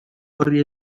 horri